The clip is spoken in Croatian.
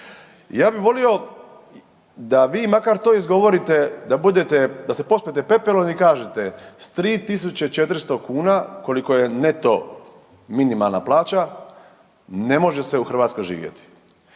Ja bi volio da vi makar to izgovorite, da budete, da se pospete pepelom i kažete s 3.400 kuna koliko je neto minimalna plaća ne može se u Hrvatskoj živjeti.